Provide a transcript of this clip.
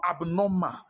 abnormal